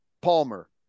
Palmer